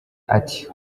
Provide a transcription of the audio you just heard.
ati